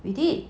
we did